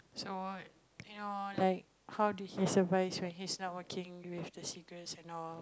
so you know like how did he survive when he's not working with the cigarettes and all